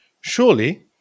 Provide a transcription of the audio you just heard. surely